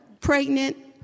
pregnant